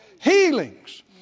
healings